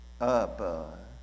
up